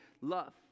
love